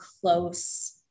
close